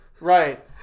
Right